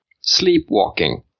sleepwalking